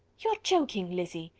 you are joking, lizzy.